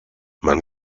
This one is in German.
man